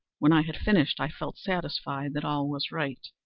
when i had finished, i felt satisfied that all was right.